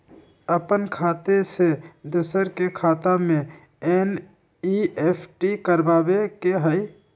अपन खाते से दूसरा के खाता में एन.ई.एफ.टी करवावे के हई?